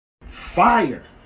Fire